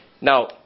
Now